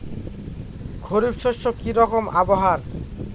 খরিফ শস্যে কি রকম আবহাওয়ার?